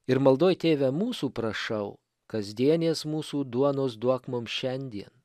ir maldoj tėve mūsų prašau kasdienės mūsų duonos duok mum šiandien